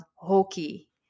hockey